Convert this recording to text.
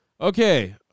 Okay